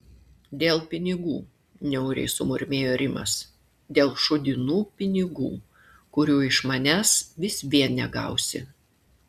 dėl pinigų niauriai sumurmėjo rimas dėl šūdinų pinigų kurių iš manęs vis vien negausi